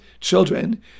children